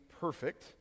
perfect